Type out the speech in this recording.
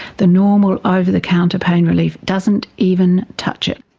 the normal ah over-the-counter pain relief doesn't even touch it.